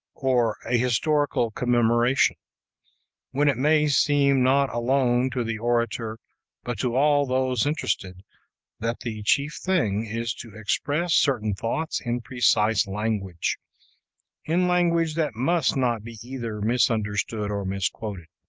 or a historical commemoration when it may seem not alone to the orator but to all those interested that the chief thing is to express certain thoughts in precise language in language that must not be either misunderstood or misquoted.